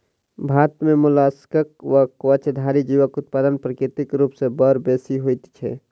भारत मे मोलास्कक वा कवचधारी जीवक उत्पादन प्राकृतिक रूप सॅ बड़ बेसि होइत छै